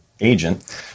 agent